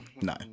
No